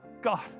God